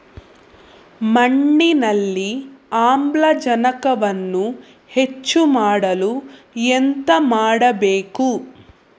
ಮಣ್ಣಿನಲ್ಲಿ ಆಮ್ಲಜನಕವನ್ನು ಹೆಚ್ಚು ಮಾಡಲು ಎಂತ ಮಾಡಬೇಕು?